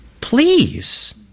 please